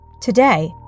Today